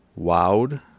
wowed